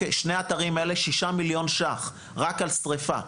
שני האתרים האלה, שישה מיליון שקלים רק על שריפה.